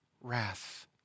wrath